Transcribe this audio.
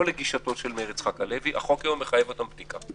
לא לגישתו של מאיר יצחק הלוי מחייב אותם בדיקה.